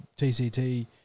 TCT